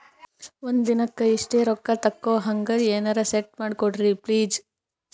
ಒಂದಿನಕ್ಕ ಇಷ್ಟೇ ರೊಕ್ಕ ತಕ್ಕೊಹಂಗ ಎನೆರೆ ಸೆಟ್ ಮಾಡಕೋಡ್ರಿ ಪ್ಲೀಜ್?